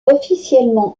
officiellement